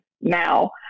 now